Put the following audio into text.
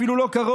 אפילו לא קרוב.